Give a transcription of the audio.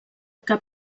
cap